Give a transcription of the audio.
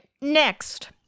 Next